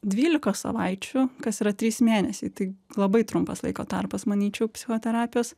dvylikos savaičių kas yra trys mėnesiai tai labai trumpas laiko tarpas manyčiau psichoterapijos